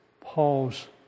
Paul's